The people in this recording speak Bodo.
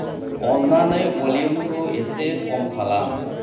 अननानै भलिउमखौ एसे खम खालाम